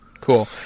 Cool